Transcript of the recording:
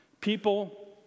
people